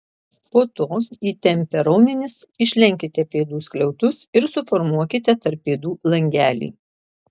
po to įtempę raumenis išlenkite pėdų skliautus ir suformuokite tarp pėdų langelį